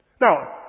Now